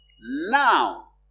Now